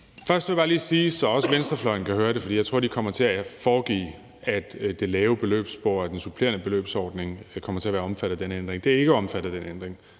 Først vil jeg bare lige sige noget, så også venstrefløjen kan høre det, for jeg tror, at de kommer til at foregive, at det lave beløbsspor og den supplerende beløbsordning kommer til at være omfattet af den her ændring: Det er ikke omfattet af den ændring.